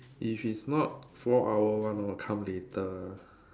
if it's not four hour one I will come later